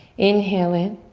inhale in.